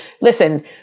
Listen